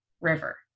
River